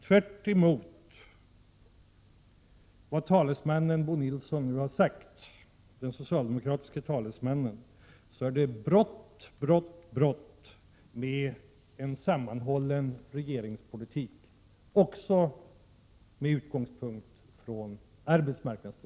Tvärtemot vad den socialdemokratiske talesmannen Bo